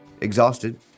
Exhausted